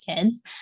kids